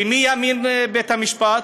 למי יאמין בית-המשפט?